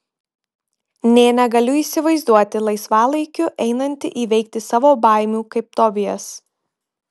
nė negaliu įsivaizduoti laisvalaikiu einanti įveikti savo baimių kaip tobijas